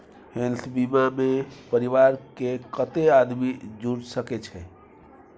Health बीमा मे परिवार के कत्ते आदमी जुर सके छै?